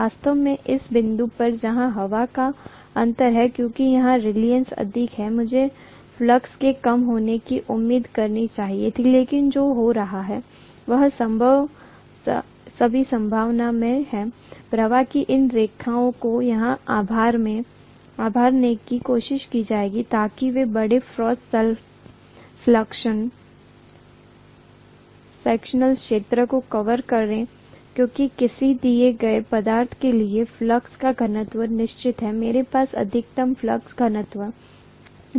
वास्तव में इस बिंदु पर जहां हवा का अंतर है क्योंकि यहां रीलक्टन्स अधिक है मुझे फ्लक्स के कम होने की उम्मीद करनी चाहिए थी लेकिन जो हो रहा है वह सभी संभावना में है प्रवाह की इन रेखाओं को यहाँ उभारने की कोशिश की जाएगी ताकि वे बड़े क्रॉस सेक्शनल क्षेत्र को कवर करें क्योंकि किसी दिए गए पदार्थ के लिए फ्लक्स का घनत्व निश्चित है मेरे पास अधिकतम फ्लक्स घनत्व